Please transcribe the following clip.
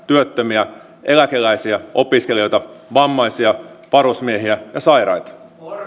työttömiä eläkeläisiä opiskelijoita vammaisia varusmiehiä ja sairaita